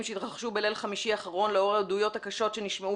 שהתרחשו בליל חמישי האחרון לאור העדויות הקשות שנשמעו